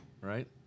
right